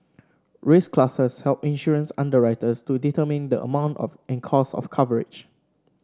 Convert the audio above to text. risk classes help insurance underwriters to determine the amount of in cost of coverage